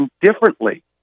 differently